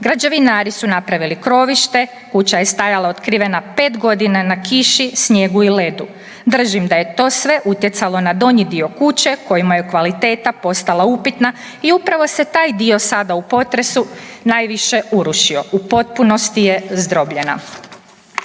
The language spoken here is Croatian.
Građevinari su napravili krovište, kuća je stajala otkrivena 5 godina na kiši, snijegu i ledu. Držim da je to sve utjecalo na donji dio kuće kojem je kvaliteta postala upitna i upravo se taj dio sada u potresu najviše urušio. U potpunosti je zdrobljena.“